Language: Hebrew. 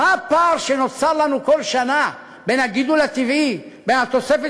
מה הפער שנוצר לנו כל שנה בין הגידול הטבעי מהתוספת